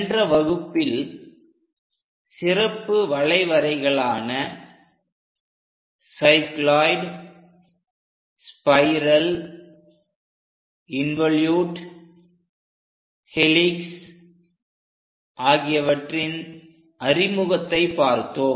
சென்ற வகுப்பில் சிறப்பு வளைவரைகளான சைக்ளோயிட் ஸ்பைரல் இன்வோலுட் ஹெலிக்ஸ் ஆகியவற்றின் அறிமுகத்தை பார்த்தோம்